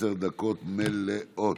עשר דקות מלאות.